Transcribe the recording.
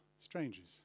strangers